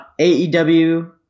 AEW